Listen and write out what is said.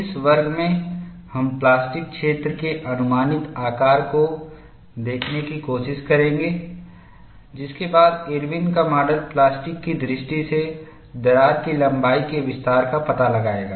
इस वर्ग में हम प्लास्टिक क्षेत्र के अनुमानित आकार को देखने की कोशिश करेंगे जिसके बाद इरविन Irwins का माडल प्लास्टिक की दृष्टि से दरार की लंबाई के विस्तार का पता लगाएगा